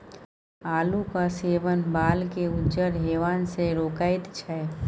आलूक सेवन बालकेँ उज्जर हेबासँ रोकैत छै